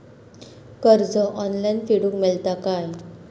कर्ज ऑनलाइन फेडूक मेलता काय?